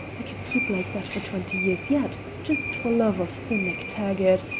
i could keep like that for twenty years yet, just for love of sim mactaggart.